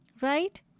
Right